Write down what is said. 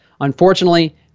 Unfortunately